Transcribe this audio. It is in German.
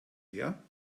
her